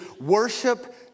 worship